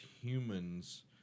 humans